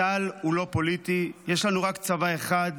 צה"ל הוא לא פוליטי, יש לנו רק צבא אחד,